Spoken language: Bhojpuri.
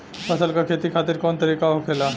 फसल का खेती खातिर कवन तरीका होखेला?